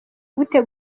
gute